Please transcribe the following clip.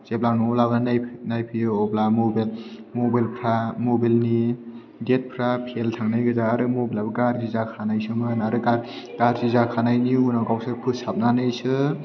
जेब्ला आं न'आव लाबोनानै नायफैयो अब्ला मबायल मबाइलफ्रा मबाइलनि डेथफ्रा पेल थांनाय गोजा आरो मबाइलआबो गाज्रि जाखानायसोमोन आरो गाज्रि जाखानानि उनाव गावसोर फोसाबनानैसो